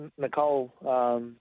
Nicole